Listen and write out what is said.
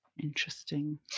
interesting